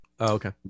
okay